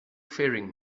faring